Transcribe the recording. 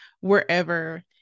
wherever